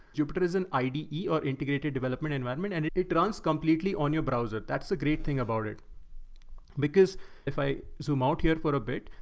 jupyter is an ide integrated development environment, and it it runs completely on your browser. that's the great thing about it because if i zoom out here for a bit,